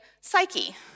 Psyche